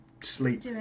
sleep